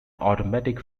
automatic